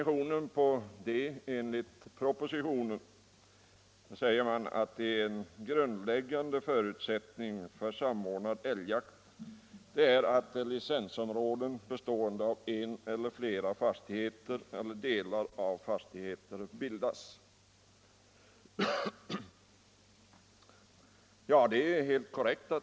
I propositionen sägs att det är en grundläggande förutsättning för samordnad älgjakt att licensområden, bestående av en eller flera fastigheter eller delar av fastigheter, bildas. Detta är otvivelaktigt helt korrekt.